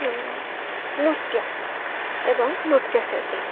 ନୃତ୍ୟ ଏବଂ ନୃତ୍ୟଶିଳ୍ପୀ